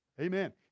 amen